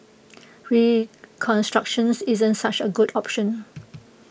reconstruction isn't such A good option